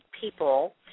people